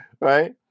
Right